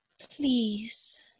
Please